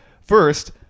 First